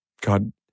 God